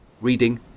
reading